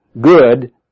good